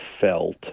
felt